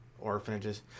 Orphanages